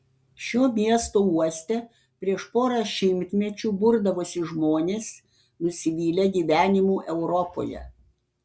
šio miesto uoste prieš porą šimtmečių burdavosi žmonės nusivylę gyvenimu europoje